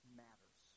matters